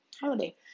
holiday